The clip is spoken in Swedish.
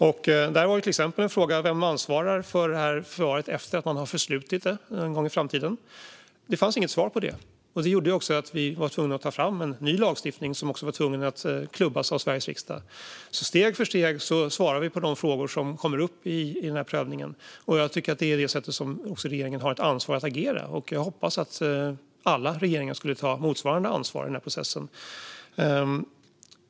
Ett exempel på en sådan fråga är vem som ansvarar för förvaret efter att man någon gång i framtiden har förslutit det. Det fanns inget svar på den frågan, och det gjorde att vi var tvungna att ta fram en ny lagstiftning - som också var tvungen att klubbas av Sveriges riksdag. Steg för steg svarar vi alltså på de frågor som kommer upp i prövningen, och jag tycker att det är det sätt som regeringen har ett ansvar att agera på. Jag hoppas att alla regeringar skulle ta motsvarande ansvar i den här processen.